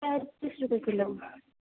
پینتیس روپیے کلو